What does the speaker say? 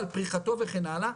פריחתו וכן הלאה,